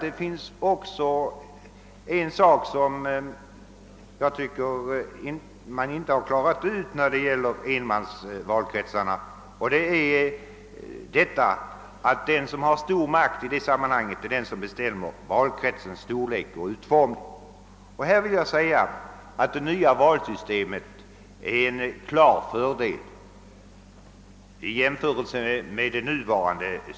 Det finns emellertid en sak som inte klarats ut när det gäller enmansvalkretsarna, nämligen att den som i det sammanhanget har stor makt är den som bestämmer valkretsens storlek och utformning. Här innebär det nya valsystemet en klar fördel även i jämförelse med det nuvarande.